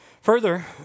further